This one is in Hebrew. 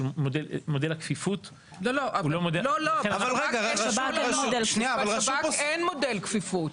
מודל הכפיפות הוא לא מודל --- בשב"כ אין מודל כפיפות.